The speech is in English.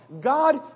...God